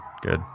good